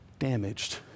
damaged